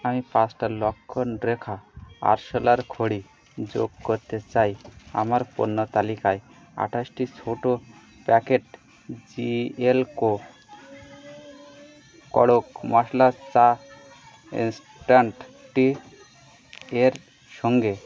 আমি পাঁচটা লক্ষণ রেখা আরশোলার খড়ি যোগ করতে চাই আমার পণ্য তালিকায় আঠাশটি ছোটো প্যাকেট জি এল কো কড়ক মশলা চা ইন্সট্যান্ট টি এর সঙ্গে